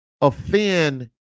offend